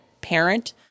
parent